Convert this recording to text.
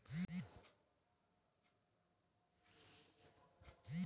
सावधि जमा एकटा निश्चित अवधि के निवेश छियै, जेमे खाता मे धन जमा कैल जाइ छै